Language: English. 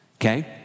Okay